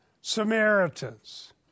Samaritans